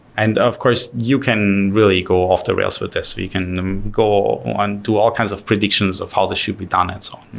and of course, you can really go off the rails with this. you can go and do all kinds of predictions of how this should be done and so on.